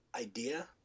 idea